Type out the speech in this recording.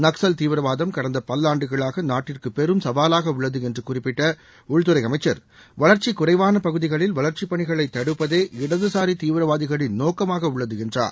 நக்சல் தீவிரவாதம் கடந்த பல்லாண்டுகளாக நாட்டிற்கு பெரும் சவாலாக உள்ளது என்று குறிப்பிட்ட உள்துறை அமைச்ச் வளர்ச்சிக் குறைவான பகுதிகளில் வளர்ச்சிப் பணிகளை தடுப்பதே இடதுசாரி தீவிரவாதிகளின் நோக்கமாக உள்ளது என்றார்